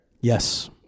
Yes